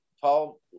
Paul